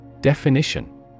Definition